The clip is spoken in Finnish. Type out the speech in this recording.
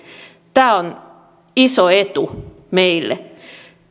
tämä on iso etu meille